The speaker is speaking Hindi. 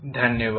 धन्यवाद